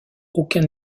aucun